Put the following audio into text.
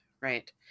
right